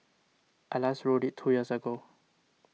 I last rode it two years ago